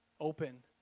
open